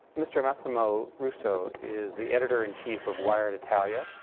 mr. massimo russo is the editor in chief of wired italia,